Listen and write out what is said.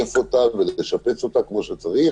לשייף אותה ולשפץ אותה כמו שצריך.